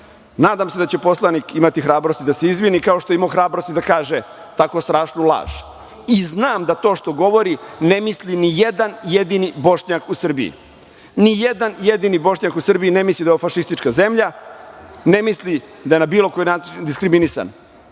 se da će poslanik imati hrabrosti da se izvini, kao što je imao hrabrosti da kaže tako strašnu laž. I znam da to što govori ne misli ni jedan jedini Bošnjak u Srbiji. Ni jedan jedini Bošnjak u Srbiji ne misli da je ovo fašistička zemlja, ne misli da je na bilo koji način diskriminisan